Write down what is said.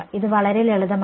ഇത് വളരെ ലളിതമാണ്